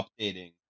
updating